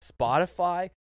Spotify